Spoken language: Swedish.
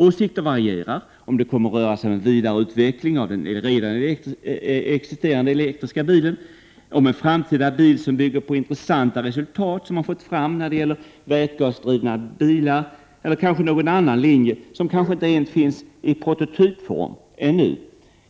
Åsikterna varierar om huruvida det kommer att röra sig om en vidareutveckling av den redan existerande elektriska bilen eller om huruvida det handlar om en framtida bil som bygger på de intressanta resultat som man har fått fram i fråga om vätgasdrivna bilar. Eller också handlar det kanske om något annat som inte ens finns som prototyp ännu.